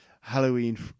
Halloween